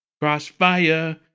Crossfire